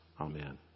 Amen